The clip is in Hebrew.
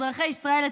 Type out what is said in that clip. אזרחי ישראל,